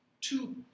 two